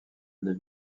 les